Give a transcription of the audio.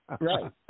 Right